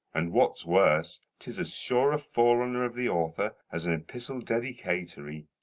and what's worse, tis as sure a forerunner of the author as an epistle dedicatory.